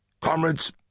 Comrades